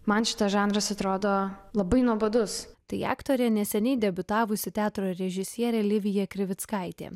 man šitas žanras atrodo labai nuobodus tai aktorė neseniai debiutavusi teatro režisierė livija krivickaitė